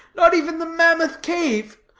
not even the mammoth cave.